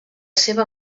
seva